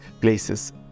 places